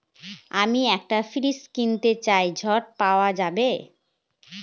আমি একটি ফ্রিজ কিনতে চাই ঝণ পাওয়া যাবে?